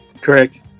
Correct